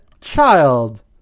child